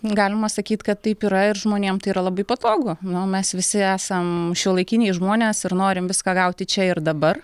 galima sakyt kad taip yra ir žmonėm tai yra labai patogu nu mes visi esam šiuolaikiniai žmonės ir norim viską gauti čia ir dabar